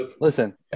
Listen